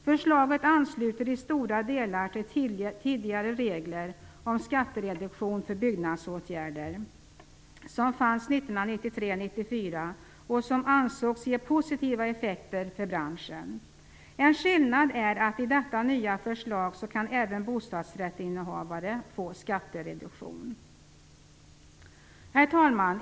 Förslaget ansluter i stora delar till tidigare regler om skattereduktion för byggnadsåtgärder som fanns 1993-1994 och som ansågs ge positiva effekter för branschen. En skillnad är att i detta nya förslag kan även bostadsrättshavare få skattereduktion. Herr talman!